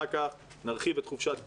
אחר כך נרחיב את חופשת פסח,